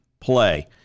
play